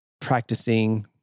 practicing